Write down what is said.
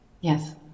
Yes